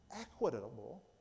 equitable